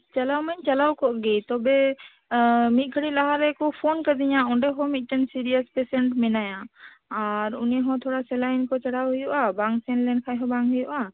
ᱪᱟᱞᱟᱣ ᱢᱟᱧ ᱪᱟᱞᱟᱣ ᱠᱚᱜ ᱜᱮ ᱛᱚᱵᱮ ᱢᱤᱫ ᱜᱷᱟᱹᱲᱤᱡ ᱞᱟᱦᱟ ᱨᱮᱠᱚ ᱯᱷᱳᱱ ᱠᱟᱹᱫᱤᱧᱟ ᱚᱸᱰᱮ ᱦᱚᱸ ᱢᱤᱫᱴᱮᱱ ᱥᱤᱨᱤᱭᱟᱥ ᱯᱮᱥᱮᱸᱴ ᱢᱮᱱᱟᱭᱟ ᱟᱨ ᱩᱱᱤ ᱦᱚᱸ ᱛᱷᱚᱲᱟ ᱥᱮᱞᱟᱭᱤᱱ ᱠᱚ ᱪᱟᱞᱟᱣ ᱦᱩᱭᱩᱜᱼᱟ ᱵᱟᱝ ᱥᱮᱱ ᱞᱮᱱ ᱠᱷᱟᱱ ᱦᱚᱸ ᱵᱟᱝ ᱜᱟᱱᱚᱜᱼᱟ